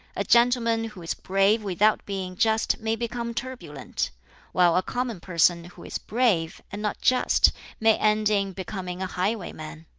a gentleman who is brave without being just may become turbulent while a common person who is brave and not just may end in becoming a highwayman.